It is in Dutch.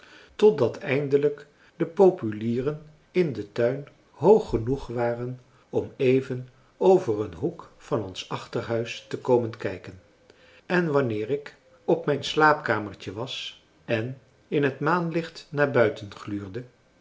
totdat eindelijk de populieren in den tuin hoog genoeg waren om even over een hoek van ons achterhuis te komen kijken en wanneer ik op mijn slaapkamertje was en in het maanlicht naar buiten gluurde